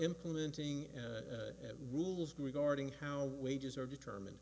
implementing rules regarding how wages are determined